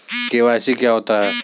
KYC क्या होता है?